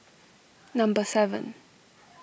number seven